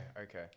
okay